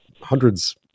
Hundreds